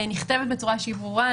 נכתבת בצורה ברורה,